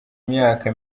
myaka